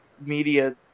media